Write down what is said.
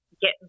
get